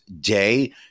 day